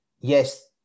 yes